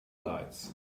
lights